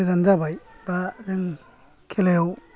गोजान जाबाय बा जों खेलायाव